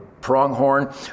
pronghorn